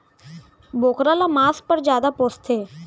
बोकरा ल मांस पर जादा पोसथें